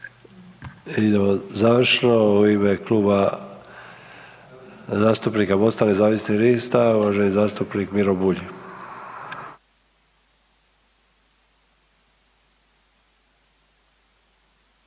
Idemo završno u ime Kluba zastupnika MOST-a nezavisnih lista uvaženi zastupnik Miro Bulj.